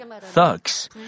thugs